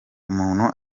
umuntu